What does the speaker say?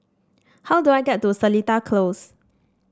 how do I get to Seletar Close